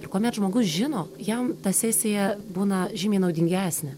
ir kuomet žmogus žino jam ta sesija būna žymiai naudingesnė